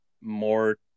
more